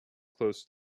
closed